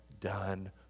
done